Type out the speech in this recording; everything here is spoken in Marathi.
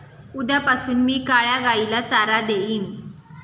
उद्यापासून मी काळ्या गाईला चारा देईन